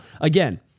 again